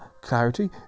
clarity